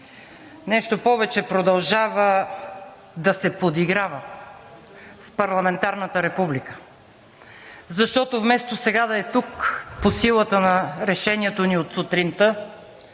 Нещо повече, продължава да се подиграва с парламентарната република, защото вместо сега да е тук по силата на решението ни от сутринта